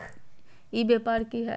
ई व्यापार की हाय?